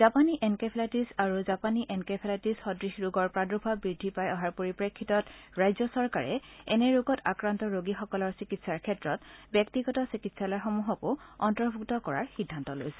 জাপানী এনকেফেলাইটিছ আৰু জাপানী এনকেফেলাইটিছ সদৃশ ৰোগৰ প্ৰাদুৰ্ভাৱ বৃদ্ধি পাই অহাৰ পৰিপ্ৰেক্ষিতত ৰাজ্য চৰকাৰে এনে ৰোগত আক্ৰান্ত ৰোগীসকলৰ চিকিৎসাৰ ক্ষেত্ৰত ব্যক্তিগত চিকিৎসালয়সমূহকো অন্তৰ্ভুক্ত কৰাৰ সিদ্ধান্ত লৈছে